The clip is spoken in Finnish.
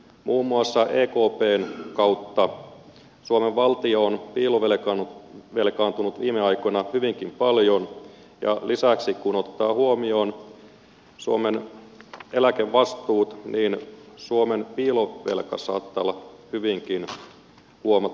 muun muassa ekpn kautta suomen valtio on piilovelkaantunut viime aikoina hyvinkin paljon ja lisäksi kun ottaa huomioon suomen eläkevastuut suomen piilovelka saattaa olla hyvinkin huomattava